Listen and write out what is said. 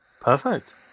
perfect